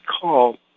call